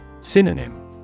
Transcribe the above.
Synonym